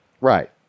Right